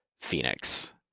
Phoenix